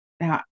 Now